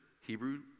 Hebrew